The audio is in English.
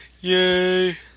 Yay